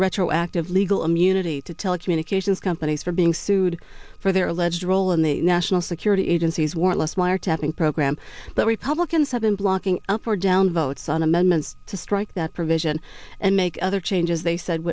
retroactive legal immunity to telecommunications companies are being sued for their alleged role in the national security agency's warrantless wiretapping program that republicans have been blocking up or down votes on amendments to strike that provision and make other changes they said